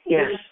Yes